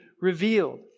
revealed